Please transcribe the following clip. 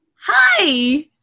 Hi